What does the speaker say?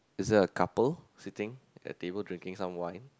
is there a couple sitting at a table drinking some wine